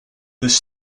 this